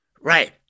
Right